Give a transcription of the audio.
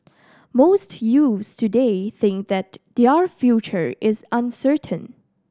most youths today think that their future is uncertain